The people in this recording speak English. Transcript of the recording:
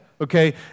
Okay